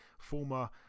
former